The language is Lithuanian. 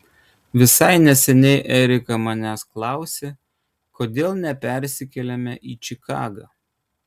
visai neseniai erika manęs klausė kodėl nepersikeliame į čikagą